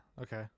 okay